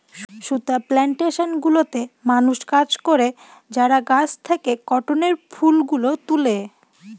সুতা প্লানটেশন গুলোতে মানুষ কাজ করে যারা গাছ থেকে কটনের ফুল গুলো তুলে